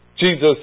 Jesus